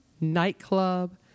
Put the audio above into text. nightclub